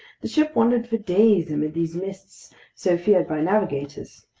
the ship wandered for days amid these mists so feared by navigators.